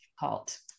difficult